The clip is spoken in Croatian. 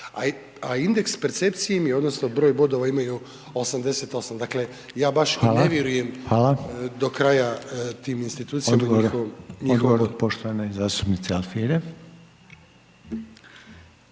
A indeks percepcije im je odnosno broj bodova imaju 88. Dakle ja baš i ne vjerujem do kraja tim institucijama .../Govornik se ne razumije./....